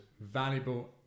valuable